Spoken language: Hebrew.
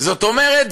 זאת אומרת,